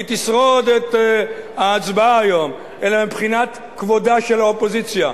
היא תשרוד את ההצבעה היום אלא מבחינת כבודה של האופוזיציה.